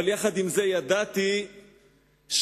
אבל עם זה ידעתי שיבוא,